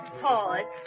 pause